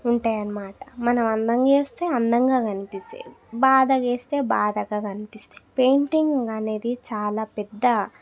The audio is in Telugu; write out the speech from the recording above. ఉంటాయన్నమాట మనం అందంగా వేస్తే అందగా కనిపిస్తాయి బాధగా వేస్తే బాధగా కనిపిస్తాయి పెయింటింగ్ అనేది చాలా పెద్ద